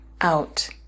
out